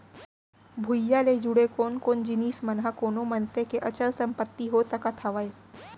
भूइयां ले जुड़े कोन कोन जिनिस मन ह कोनो मनसे के अचल संपत्ति हो सकत हवय?